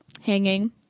hanging